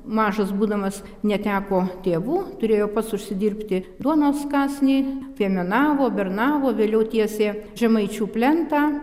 mažas būdamas neteko tėvų turėjo pats užsidirbti duonos kąsnį piemenavo bernavo vėliau tiesė žemaičių plentą